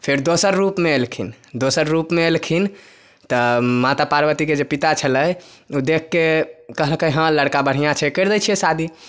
फेर दोसर रूप मे एलखिन दोसर रूप मे एलखिन तऽ माता पार्वती के जे पिता छलै ऊ देख के कहलकै हाँ लड़का बढ़ियाँ छै कैर दै छियै शादी